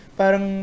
parang